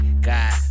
god